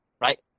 right